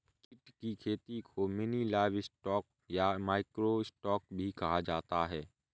कीट की खेती को मिनी लाइवस्टॉक या माइक्रो स्टॉक भी कहा जाता है